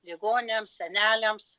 ligoniams seneliams